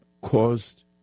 caused